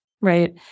right